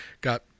Got